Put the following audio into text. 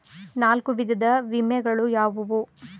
ನಾಲ್ಕು ವಿಧದ ವಿಮೆಗಳು ಯಾವುವು?